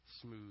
smooth